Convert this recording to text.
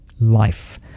life